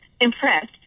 impressed